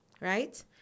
right